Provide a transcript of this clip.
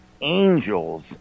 angels